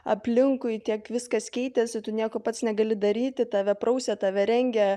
aplinkui tiek viskas keitėsi tu nieko pats negali daryti tave prausia tave rengia